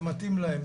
זה מתאים להם.